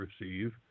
receive